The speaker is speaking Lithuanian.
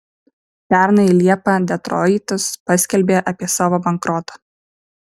pernai liepą detroitas paskelbė apie savo bankrotą